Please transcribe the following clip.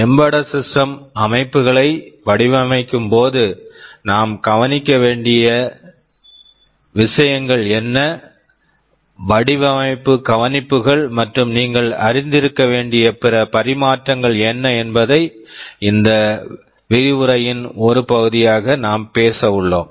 embedded system Embedded Systems அமைப்புகளை வடிவமைக்கும்போது நாம் கவனிக்க வேண்டிய விஷயங்கள் என்ன வடிவமைப்பு கவனிப்புகள் மற்றும் நீங்கள் அறிந்திருக்க வேண்டிய பிற பரிமாற்றங்கள் என்ன என்பதை இந்த விரிவுரையின் ஒரு பகுதியாக நாம் பேச உள்ளோம்